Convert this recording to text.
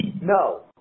No